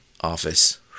office